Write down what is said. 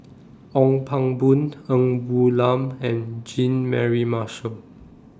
Ong Pang Boon Ng Woon Lam and Jean Mary Marshall